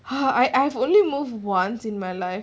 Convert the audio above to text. !huh! I I've only moved once in my life